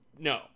No